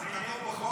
זה כתוב בחוק?